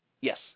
Yes